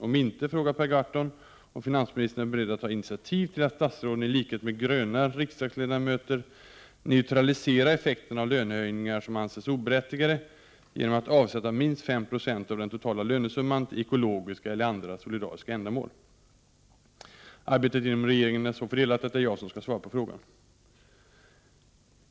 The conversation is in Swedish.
Om inte, frågar Per Gahrton om finansministern är beredd att ta initiativ till att statsråden i likhet med gröna riksdagsledamöter neutraliserar effekten av lönehöjningar som de anser oberättigade genom att avsätta minst 5 76 av den totala Arbetet inom regeringen är så fördelat att det är jag som skall svara på frågan.